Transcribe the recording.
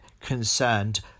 concerned